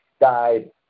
died